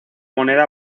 moneda